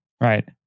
Right